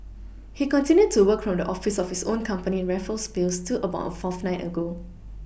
he continued to work from the office of his own company in Raffles place till about a fortnight ago